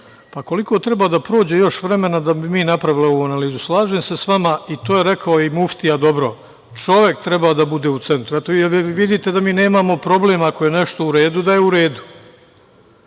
Pa, koliko treba da prođe još vremena da bi mi napravili ovu analizu? Slažem se sa vama i to je rekao i Muftija dobro - čovek treba da bude u centu, eto, jel vi vidite da mi nemamo problem ako je nešto u redu, da je u redu.